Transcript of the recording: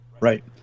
Right